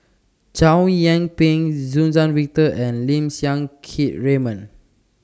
Chow Yian Ping Suzann Victor and Lim Siang Keat Raymond